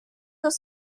los